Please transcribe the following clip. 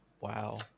wow